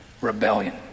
Rebellion